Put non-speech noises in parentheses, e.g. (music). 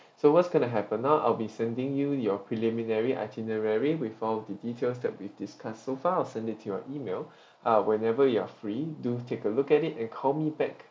(breath) so what's going to happen now I'll be sending you your preliminary itinerary with all the details that we've discussed so far I'll send it to your email (breath) uh whenever you are free do take a look at it and call me back